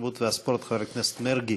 התרבות והספורט חבר הכנסת מרגי